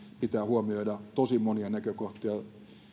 pitää huomioida tosi monia näkökohtia